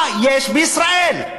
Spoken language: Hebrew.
מה יש בישראל?